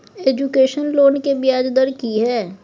Education loan के ब्याज दर की हय?